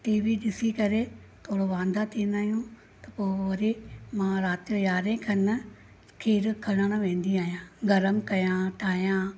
TV ॾिसी करे थोरो वांधा थींदा आहियूं त पोइ वरी मां राति जो यारहें खनि खीर खणणु वेंदी आहियूं गरमु कया ठाहियां